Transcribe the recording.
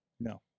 No